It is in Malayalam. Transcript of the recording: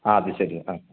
ആ അത് ശരി ആ